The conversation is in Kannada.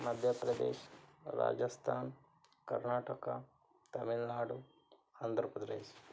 ಮಧ್ಯಪ್ರದೇಶ್ ರಾಜಸ್ಥಾನ್ ಕರ್ನಾಟಕ ತಮಿಳುನಾಡು ಆಂಧ್ರಪ್ರದೇಶ್